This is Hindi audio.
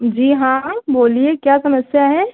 जी हाँ बोलिए क्या समस्या है